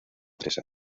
tres